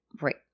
Right